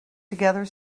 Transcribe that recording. together